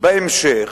בהמשך